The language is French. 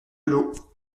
l’eau